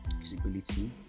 visibility